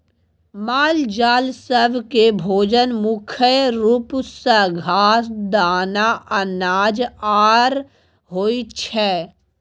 मालजाल सब केँ भोजन मुख्य रूप सँ घास, दाना, अनाज आर होइ छै